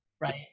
Right